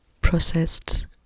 processed